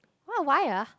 wh~ why ah